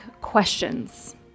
questions